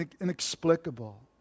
inexplicable